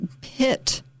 pit